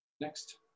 Next